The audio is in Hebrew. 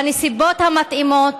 בנסיבות המתאימות,